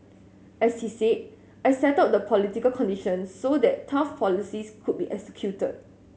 as he said I settled the political conditions so that tough policies could be executed